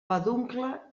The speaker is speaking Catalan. peduncle